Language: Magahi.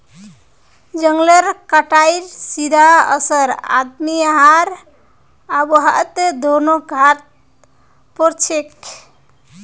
जंगलेर कटाईर सीधा असर आदमी आर आबोहवात दोनों टात पोरछेक